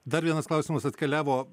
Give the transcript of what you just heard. dar vienas klausimas atkeliavo